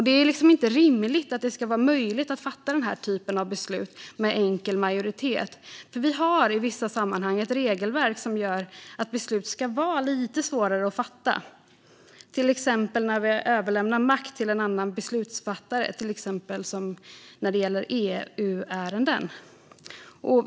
Det är inte rimligt att det ska vara möjligt att fatta denna typ av beslut med enkel majoritet. Vi har i vissa sammanhang regelverk som gör att vissa beslut ska vara lite svårare att fatta, till exempel när vi överlämnar makt till en annan beslutsfattare, exempelvis när det gäller EU-ärenden.